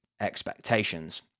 expectations